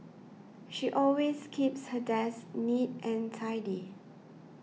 she always keeps her desk neat and tidy